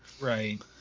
right